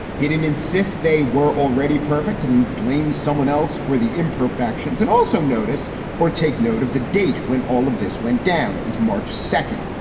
he didn't insist they were already perfect. and in blames someone else for the imperfections and also notice or take note of the date when all of this went down. it was march second.